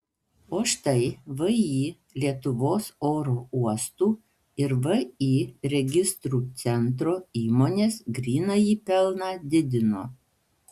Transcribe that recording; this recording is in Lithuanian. o štai vį lietuvos oro uostų ir vį registrų centro įmonės grynąjį pelną didino